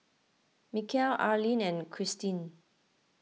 Mikel Arlyne and Christeen